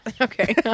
Okay